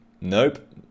Nope